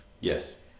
Yes